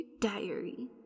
Diary